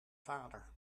vader